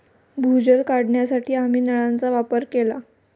भूजल काढण्यासाठी आम्ही नळांचा वापर केला